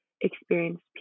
experienced